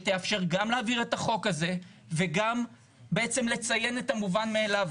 שתאפשר גם להעביר את החוק הזה וגם בעצם לציין את המובן מאליו.